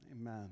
Amen